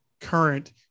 current